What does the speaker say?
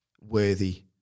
worthy